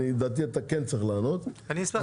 לדעתי אתה כן צריך לענות -- אני אשמח.